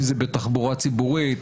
אם זה בתחבורה ציבורית,